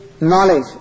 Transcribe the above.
knowledge